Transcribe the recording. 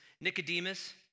Nicodemus